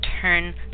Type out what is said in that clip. turn